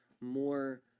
more